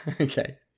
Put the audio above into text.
Okay